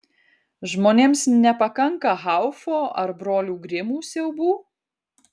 žmonėms nepakanka haufo ar brolių grimų siaubų